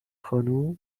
خانم